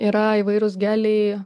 yra įvairūs geliai